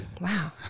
Wow